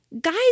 Guys